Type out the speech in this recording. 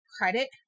credit